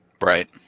Right